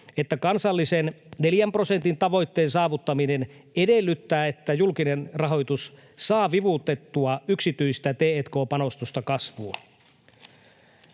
että kansallisen neljän prosentin tavoitteen saavuttaminen edellyttää, että julkinen rahoitus saa vivutettua yksityistä t&k-panostusta kasvuun.